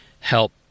help